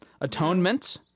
Atonement